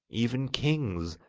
even kings,